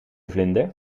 vlinder